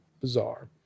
bizarre